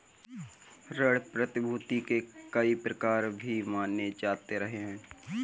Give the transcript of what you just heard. ऋण प्रतिभूती के कई प्रकार भी माने जाते रहे हैं